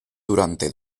durante